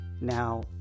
now